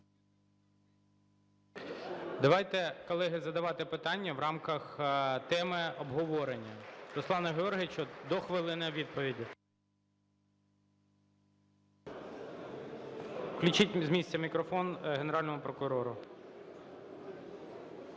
Давайте, колеги, задавати питання в рамках теми обговорення. Руслане Георгійовичу, до хвилини відповіді. Включіть з місця мікрофон Генеральному прокурору.